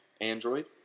Android